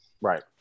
Right